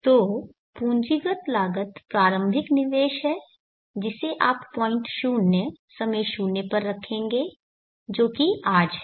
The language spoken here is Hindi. तो पूंजीगत लागत प्रारंभिक निवेश है जिसे आप पॉइंट शून्य समय शून्य पर रखेंगे जो कि आज है